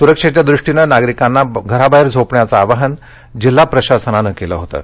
सुरक्षेच्या दृष्टीनं नागरीकांना घराबाहेर झोपण्याचं आवाहन जिल्हा प्रशासनानं केलं होतं